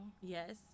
Yes